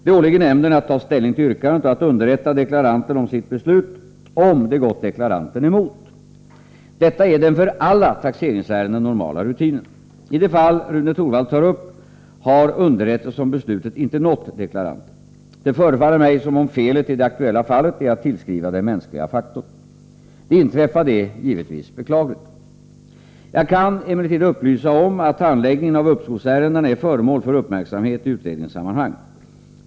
Det åligger nämnden att ta ställning till yrkandet och att underrätta deklaranten om sitt beslut, om det gått deklaranten emot. Detta är den för alla taxeringsärenden normala rutinen. I det fall Rune Torwald tar upp har underrättelse om beslutet inte nått deklaranten. Det förefaller mig 65 som om felet i det aktuella fallet är att tillskriva den mänskliga faktorn. Det inträffade är givetvis beklagligt. Jag kan emellertid upplysa om att handläggningen av uppskovsärendena är föremål för uppmärksamhet i utredningssammanhang.